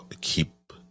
keep